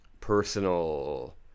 personal